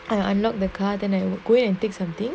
I'll unlock the car then I'll go and take something